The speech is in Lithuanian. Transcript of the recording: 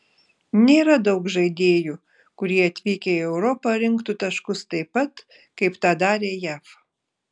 nėra daug žaidėjų kurie atvykę į europą rinktų taškus taip pat kaip tą darė jav